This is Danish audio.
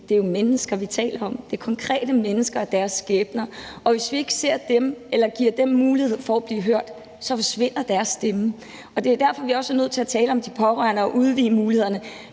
Det er jo mennesker, vi taler om. Det er konkrete mennesker og deres skæbner, og hvis vi ikke ser dem eller giver dem mulighed for at blive hørt, forsvinder deres stemme. Det er derfor, vi også er nødt til at tale om de pårørende og udvide mulighederne.